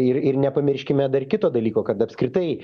ir ir nepamirškime dar kito dalyko kad apskritai